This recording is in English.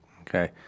okay